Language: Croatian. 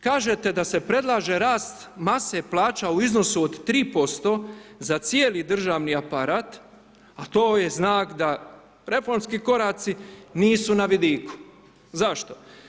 Kažete da se predlaže rast mase plaća u iznosu od 3% za cijeli državni aparat, a to je znak da reformski koraci nisu na vidiku, zašto?